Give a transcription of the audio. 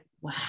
wow